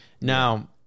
Now